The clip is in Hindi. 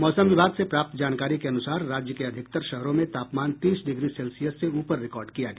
मौसम विभाग से प्राप्त जानकारी के अनुसार राज्य के अधिकतर शहरों में तापमान तीस डिग्री सेल्सियस से ऊपर रिकॉर्ड किया गया